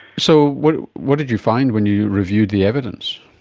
so what what did you find when you reviewed the evidence?